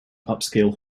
upscale